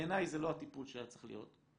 בעיניי זה לא הטיפול שהיה צריך להיות,